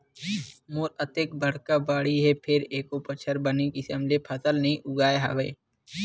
मोर अतेक बड़का बाड़ी हे फेर एको बछर बने किसम ले फसल नइ उगाय हँव